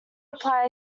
reply